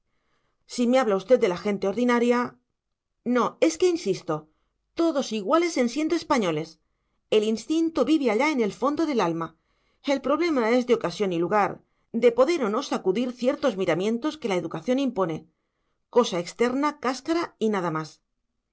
si me habla usted de la gente ordinaria no es que insisto todos iguales en siendo españoles el instinto vive allá en el fondo del alma el problema es de ocasión y lugar de poder o no sacudir ciertos miramientos que la educación impone cosa externa cáscara y nada más